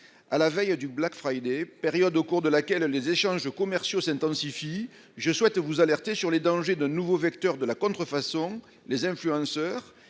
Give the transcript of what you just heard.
à la veille du, période au cours de laquelle les échanges commerciaux s'intensifient, je souhaite vous alerter sur les dangers d'un nouveau vecteur de la contrefaçon, les influenceurs,